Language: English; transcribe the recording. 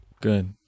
Good